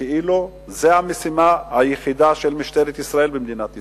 כאילו זאת המשימה היחידה של משטרת ישראל במדינת ישראל.